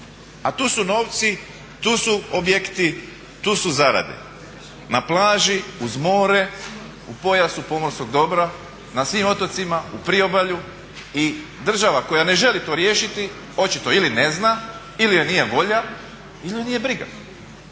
A tu su novci, tu su objekti, tu su zarade, na plaži uz more u pojasu pomorskog dobra, na svim otocima, u priobalju. I država koja ne želi to riješiti očito ili ne zna ili je nije volja ili je nije briga.